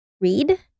read